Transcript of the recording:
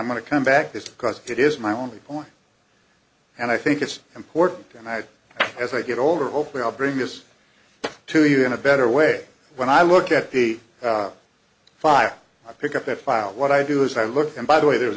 i'm going to come back this because it is my only point and i think it's important and i think as i get older hopefully i'll bring this to you in a better way when i look at the fire i pick up a file what i do is i look and by the way there